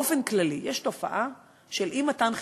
באופן כללי, יש תופעה של אי-מתן חיסונים.